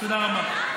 תודה רבה.